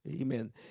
Amen